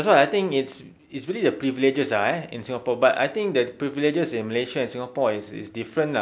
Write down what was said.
it's also I think it's it's really the privileges ah eh in singapore but I think the privileges in malaysia and singapore is is different ah